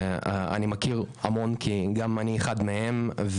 אני מכיר המון כי גם אני אחד מהם.